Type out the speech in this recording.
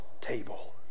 table